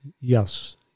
Yes